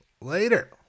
later